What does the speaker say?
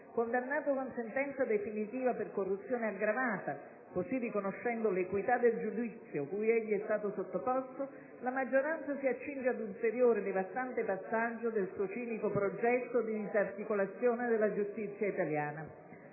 ...condannato con sentenza definitiva per corruzione aggravata, così riconoscendo l'equità del giudizio cui egli è stato sottoposto, la maggioranza si accinge ad un ulteriore devastante passaggio del suo cinico progetto di disarticolazione della giustizia italiana.